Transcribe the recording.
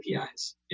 APIs